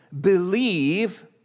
believe